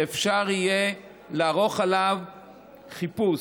שאפשר יהיה לערוך עליו חיפוש.